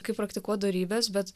kaip praktikuot dorybes bet